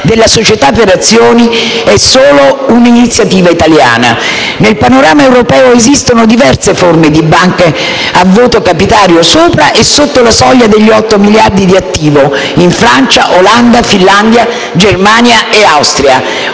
della società per azioni è solo un'iniziativa italiana. Nel panorama europeo esistono diverse forme di banche a voto capitario sopra e sotto la soglia degli 8 miliardi di attivo in Francia, Olanda, Finlandia, Germania e Austria,